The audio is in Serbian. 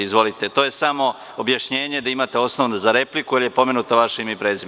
Izvolite, to je sam objašnjenje da imate osnov za repliku, jer je pomenuto vaše ime i prezime.